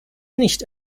nicht